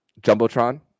Jumbotron